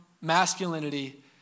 masculinity